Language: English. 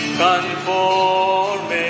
conform